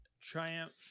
triumph